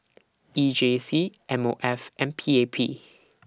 E J C M O F and P A P